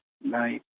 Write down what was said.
night